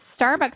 Starbucks